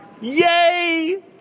Yay